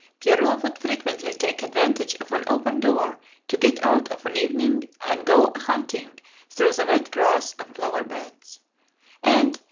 pierrot would frequently take advantage of an open door to get out of an evening and go a-hunting through the wet grass and flower-beds and,